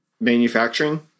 Manufacturing